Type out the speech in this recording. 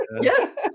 Yes